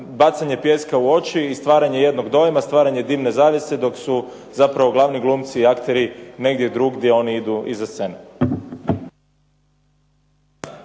bacanje pijeska u oči i stvaranje jednog dojma, stvaranje dimne zavjese dok su zapravo glavni glumci i akteri negdje drugdje, oni idu iza scene.